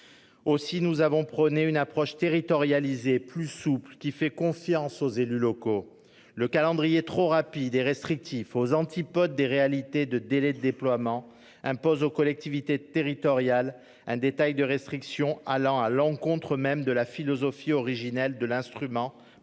Aussi, nous avons prôné une approche territorialisée, plus souple, qui fasse confiance aux élus locaux. Le calendrier trop rapide et restrictif, faisant fi des délais réels de déploiement, impose aux collectivités territoriales un ensemble détaillé de restrictions allant à l'encontre même de la philosophie originelle de l'instrument, pensé